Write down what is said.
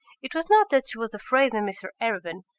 it was not that she was afraid of mr arabin,